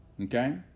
Okay